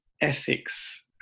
ethics